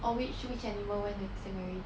or which which animal went extinct already